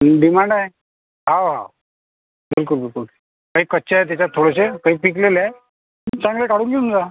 demand आहे हो बिलकुल बिलकुल काही कच्चे आहेत त्याच्यात थोडेसे काही पिकलेले आहेत चांगले काढून घेऊन जा